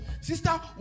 Sister